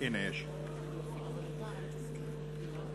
התשע"ג 2013,